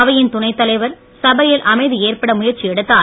அவையின் துணைத் தலைவர் சபையில் அமைதி ஏற்பட முயற்சி எடுத்தார்